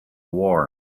war